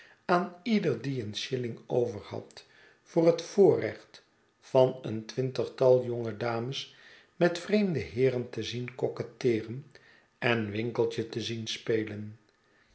aan ieder die een shilling over had voor het voorrecht van een twintigtal jonge dames met vreemde heeren te zien coquetteeren en winkeltje te zien spelen